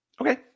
Okay